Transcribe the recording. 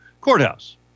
Courthouse